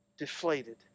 deflated